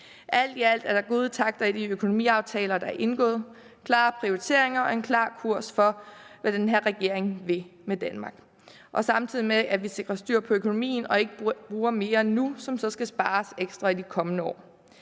Alt i alt er der gode takter i de økonomiaftaler, der er indgået, klare prioriteringer og en klar kurs for, hvad den her regering vil med Danmark, samtidig med at vi sikrer styr på økonomien og ikke bruger mere nu, som så skal spares ekstra i de kommende år.